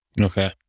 Okay